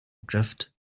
drift